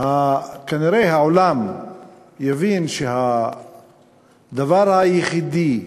כנראה העולם יבין שהדבר היחידי